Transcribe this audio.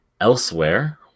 Elsewhere